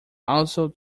also